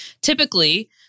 Typically